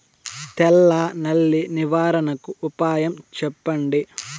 తెల్ల నల్లి నివారణకు ఉపాయం చెప్పండి?